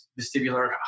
vestibular